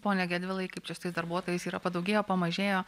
pone gedvilai kaip čia su tais darbuotojais yra padaugėjo pamažėjo